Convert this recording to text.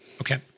Okay